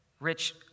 Rich